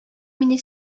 мине